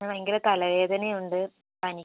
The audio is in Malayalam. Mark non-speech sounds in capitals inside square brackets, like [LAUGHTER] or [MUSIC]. പിന്നെ ഭയങ്കര തലവേദനയും ഉണ്ട് പനി [UNINTELLIGIBLE] ഉണ്ട്